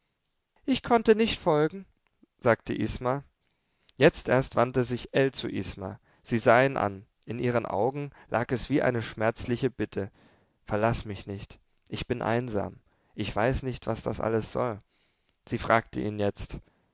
ich konnte nicht folgen sagte isma jetzt erst wandte sich ell zu isma sie sah ihn an in ihren augen lag es wie eine schmerzliche bitte verlaß mich nicht ich bin einsam ich weiß nicht was das alles soll sie fragte ihn jetzt